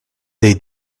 they